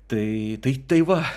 tai tai tai va